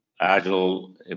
agile